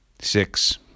six